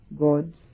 God